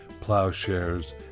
Plowshares